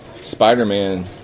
Spider-Man